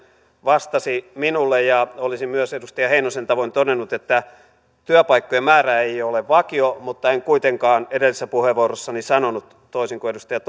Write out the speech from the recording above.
vastasi minulle ja olisin myös edustaja heinosen tavoin todennut että työpaikkojen määrä ei ole vakio mutta en kuitenkaan edellisessä puheenvuorossani sanonut toisin kuin edustaja